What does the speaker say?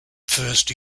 first